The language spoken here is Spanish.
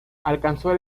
alcanzó